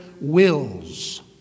wills